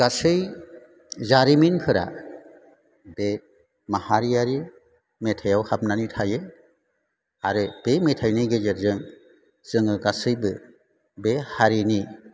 गासै जारिमिनफोरा बे माहारियारि मेथाइयाव हाबनानै थायो आरो बे मेथाइनि गेजेरजों जोङो गासैबो बे हारिनि